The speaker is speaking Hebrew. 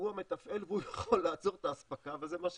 הוא המתפעל והוא יכול לעצור את האספקה וזה מה שקרה.